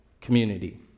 community